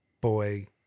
boy